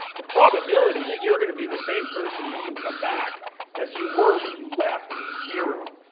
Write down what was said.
the probability that you're going to be the same person when you come back as you were when you left is zero.